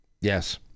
Yes